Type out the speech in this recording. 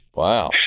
wow